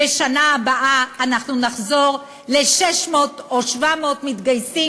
בשנה הבאה אנחנו נחזור ל-600 או 700 מתגייסים,